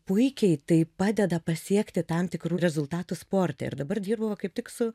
puikiai tai padeda pasiekti tam tikrų rezultatų sporte ir dabar dirbu va kaip tik su